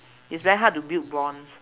is very hard to build bonds